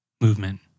movement